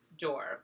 door